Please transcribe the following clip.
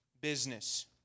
business